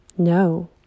No